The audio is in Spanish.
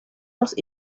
los